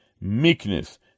meekness